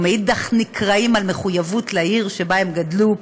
ומנגד נקרעים בשל המחויבות לעיר שבה הם גדלו.